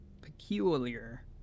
peculiar